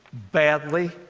badly.